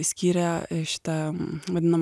skyrė šitą vadinamą